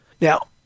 now